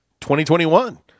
2021